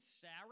Sarah